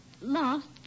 Lost